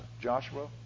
Joshua